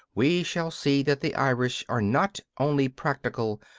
we shall see that the irish are not only practical,